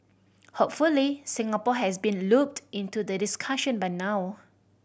hopefully Singapore has been looped into the discussion by now